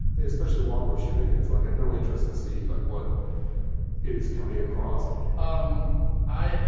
especially while we're shooting. it's like i've no interest to see, like what is coming across um i.